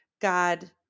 God